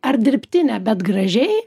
ar dirbtinę bet gražiai